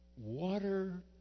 water